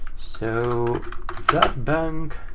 so that bank.